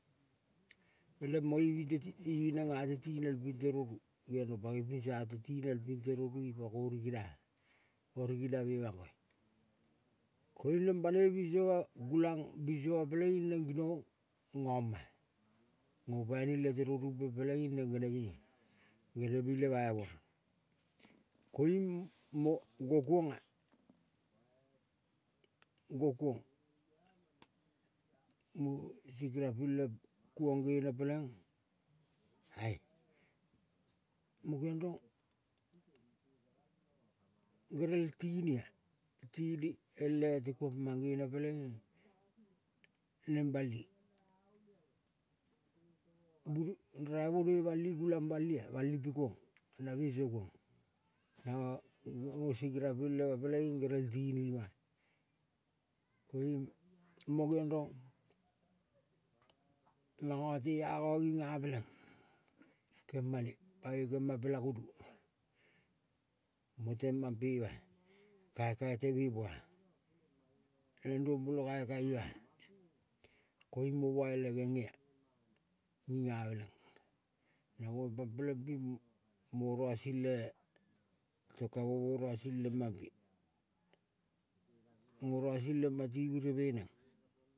Peleng mo ivi te ti ivi neng ate tinel pinte roku. Geong rong pangoi pinso ate tinel pinte roku ipako rigina. O rigina me mangkoa. Koiung neng banoi binso ga gulang binso ma peleng ing neng ginong ngama. Ngo paini lete. Ropu pe peleing neng gene minga. Genemi lema amoa. Koiung mo go kuonga, go kuong mo sigirapi le kuong genepeleng ai mo geong rong gerel tinia. Tini ele te kuong mangene peleing neng bali bangi raivonoi bali gulang balia. Bali pi kuonga na binso kuong, nanga ngo sigi rapi lema peleing gerel tini ma. Koiung mo geong rong manga te anga ging, ameleng kemane pangei kema pela gonu ko temampe ima-a. Kaikai temepoa, naneng rombolo kaikaiima koiung mo bai le genge-ing, ameleng. Namo pang peleng pim mo rosile tong kamo mo rose lemampe, mo rosi lema tong kamo mo rosi le mampe. Mo rosi lema ti mireve neng.